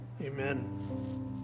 Amen